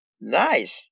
Nice